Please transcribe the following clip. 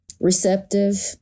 receptive